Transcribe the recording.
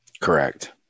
Correct